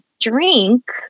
drink